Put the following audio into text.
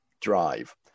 drive